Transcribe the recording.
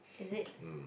is it